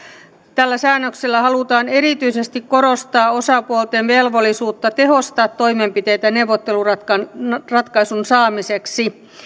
tällä säännöksellä halutaan erityisesti korostaa osapuolten velvollisuutta tehostaa toimenpiteitä neuvotteluratkaisun saamiseksi